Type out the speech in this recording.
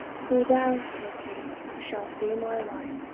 for thou, quoth he, shalt be my wife,